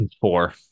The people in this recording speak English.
Four